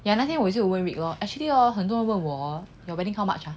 ya 那天我也是有问 vick lor actually hor 很多人问我 hor your wedding how much